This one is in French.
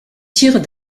tirent